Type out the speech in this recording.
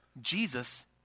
Jesus